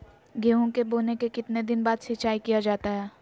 गेंहू के बोने के कितने दिन बाद सिंचाई किया जाता है?